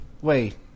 Wait